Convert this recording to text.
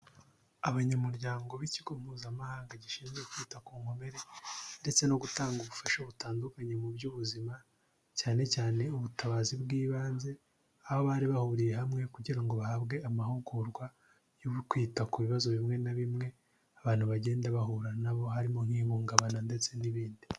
Abanyamuryango b'ikigo mpuzamahanga gishinzwe kwita ku nkomere ndetse no gutanga ubufasha butandukanye mu by'ubuzima, cyane cyane ubutabazi bw'ibanze aho bari bahuriye hamwe kugira ngo bahabwe amahugurwa yo kwita ku bibazo bimwe na bimwe abantu bagenda bahura nabo harimo nk'ihungabana ndetse n'ibindi.